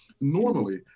normally